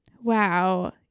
wow